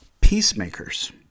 peacemakers